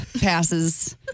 passes